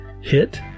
hit